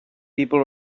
people